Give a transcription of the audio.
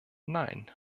nein